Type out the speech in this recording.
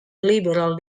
liberal